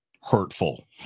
hurtful